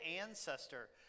ancestor